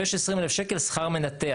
ויש 20,000 שקלים שכר מנתח.